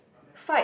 fight